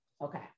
okay